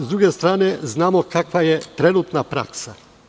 Sa druge strane, znamo kakva je trenutna praksa.